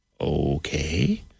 Okay